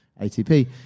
ATP